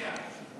רוויזיה.